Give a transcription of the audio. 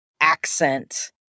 accent